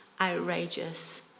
outrageous